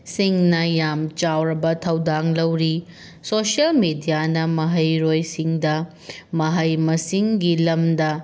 ꯁꯤꯡꯅ ꯌꯥꯝ ꯆꯥꯎꯔꯕ ꯊꯧꯗꯥꯡ ꯂꯧꯔꯤ ꯁꯣꯁꯦꯜ ꯃꯦꯗꯤꯌꯥꯅ ꯃꯍꯩꯔꯣꯏꯁꯤꯡꯗ ꯃꯍꯩ ꯃꯁꯤꯡꯒꯤ ꯂꯝꯗ